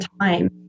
time